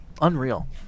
Unreal